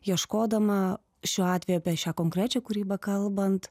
ieškodama šiuo atveju apie šią konkrečią kūrybą kalbant